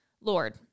Lord